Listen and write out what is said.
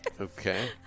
okay